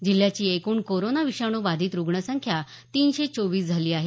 जिल्ह्याची एकूण कोरोना विषाणू बाधित रुग्णसंख्या तीनशे चोवीस झाली आहे